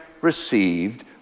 received